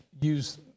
use